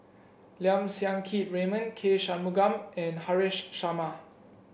Lim Siang Keat Raymond K Shanmugam and Haresh Sharma